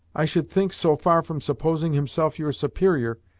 i should think, so far from supposing himself your superior,